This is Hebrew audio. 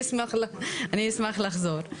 אני אשמח לחזור.